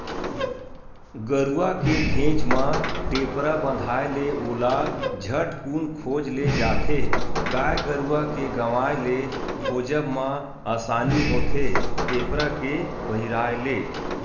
गरुवा के घेंच म टेपरा बंधाय ले ओला झटकून खोज ले जाथे गाय गरुवा के गवाय ले खोजब म असानी होथे टेपरा के पहिराय ले